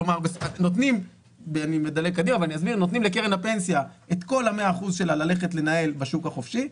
כלומר נותנים לקרן הפנסיה את כל ה-100% שלה לנהל בשוק החופשי,